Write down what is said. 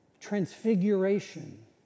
transfiguration